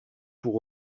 pour